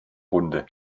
runde